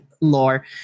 lore